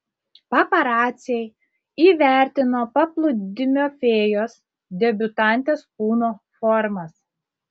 paparaciai įvertino paplūdimio fėjos debiutantės kūno formas